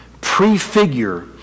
prefigure